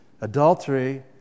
Adultery